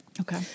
Okay